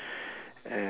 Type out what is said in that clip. and